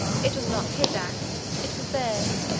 it was not his act, it was theirs.